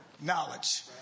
knowledge